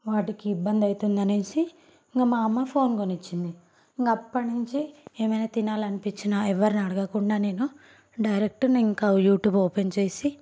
వాటికి ఇబ్బంది అయితుంది అనిఇంక మా అమ్మ ఫోన్ కొనిఇచ్చింది ఇంక అప్పటి నుంచి ఏమైనా తినాలనిపించినా ఎవరిని అడగకుండా నేను డైరెక్ట్ ఇంక యూట్యూబ్ ఓపెన్ చేసి